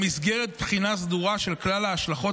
במסגרת בחינה סדורה של כלל ההשלכות